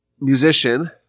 musician